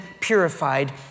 purified